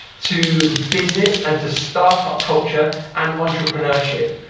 to business and to start up culture and entrepreneurship.